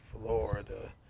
Florida